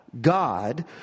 God